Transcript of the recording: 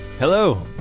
Hello